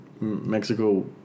Mexico